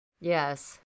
Yes